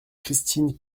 christine